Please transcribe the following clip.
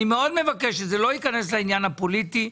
אני מאוד מבקש שזה לא ייכנס לעניין הפוליטי,